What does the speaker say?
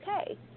okay